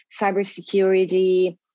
cybersecurity